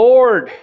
Lord